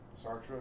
Sartre